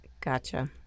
Gotcha